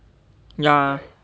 ya